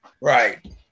right